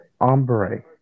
Ombre